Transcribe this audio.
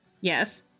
Yes